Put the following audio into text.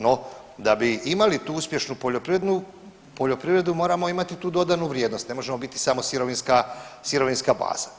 No, da bi imali tu uspješnu poljoprivredu moramo imati tu dodanu vrijednost, ne možemo biti samo sirovinska baza.